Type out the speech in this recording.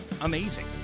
amazing